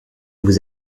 vous